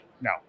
No